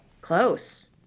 close